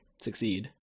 succeed